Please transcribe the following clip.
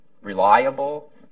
reliable